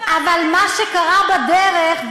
אבל מה שקרה בדרך,